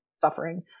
suffering